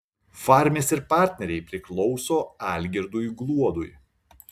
farmis ir partneriai priklauso algirdui gluodui